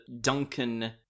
Duncan